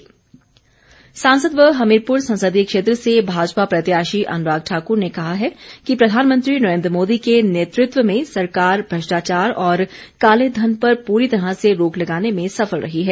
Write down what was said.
अनुराग सांसद व हमीरपुर संसदीय क्षेत्र से भाजपा प्रत्याशी अनुराग ठाकुर ने कहा है कि प्रधानमंत्री नरेन्द्र मोदी के नेतृत्व में सरकार भ्रष्टाचार और काले धन पर पूरी तरह से रोक लगाने में सफल रही है